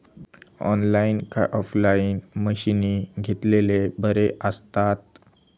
Online काय offline मशीनी घेतलेले बरे आसतात?